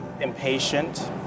impatient